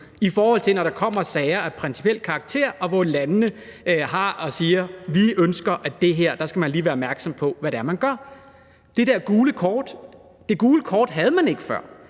hørt, når der kommer sager af principiel karakter, hvor landene siger: Vi ønsker, at man her lige skal være opmærksom på, hvad man gør. Det gule kort havde man ikke før,